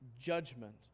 judgment